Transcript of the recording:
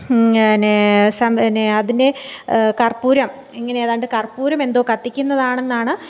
ന് സം നെ അത് അതിൻ്റെ കർപ്പൂരം ഇങ്ങനെ ഏതാണ്ട് കർപ്പൂരം എന്തോ കത്തിക്കുന്നതാണെന്നാണ്